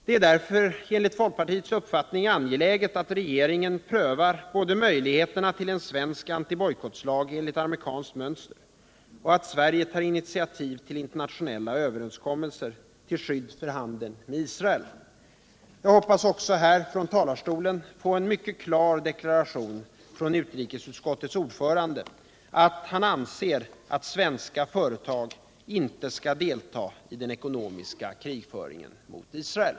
Det är därför enligt folkpartiets uppfattning angeläget både att regeringen prövar möjligheterna till en svensk antibojkottlag enligt amerikanskt mönster och att Sverige tar initiativ till internationella överenskommelser till skydd för handeln med Israel. Jag hoppas också att här från talarstolen få en mycket klar deklaration från utrikesutskottets ordförande att han anser att svenska företag inte skall delta i den ekonomiska krigföringen mot Israel.